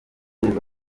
batoye